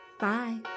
Bye